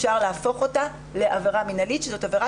אפשר להפוך אותה לעבירה מינהלית שזאת עבירה